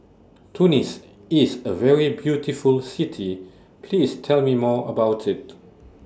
Tunis IS A very beautiful City Please Tell Me More about IT